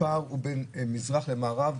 הפער הוא בין מזרח למערב,